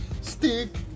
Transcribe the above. stick